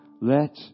Let